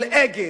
של "אגד",